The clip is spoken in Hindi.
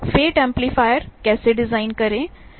फेट एम्पलीफायर कैसे डिज़ाइन करें